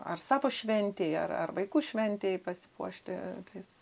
ar savo šventėj ar ar vaikų šventėj pasipuošti tais